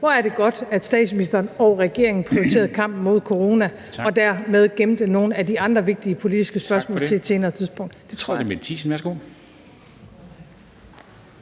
Hvor er det godt, at statsministeren og regeringen prioriterede kampen mod corona og dermed gemte nogle af de andre vigtige politiske spørgsmål til et senere tidspunkt